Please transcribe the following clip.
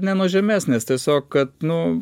ne nuo žemesnės tiesiog kad nu